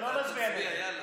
לא נצביע נגד.